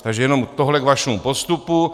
Takže jenom tohle k vašemu postupu.